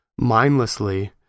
mindlessly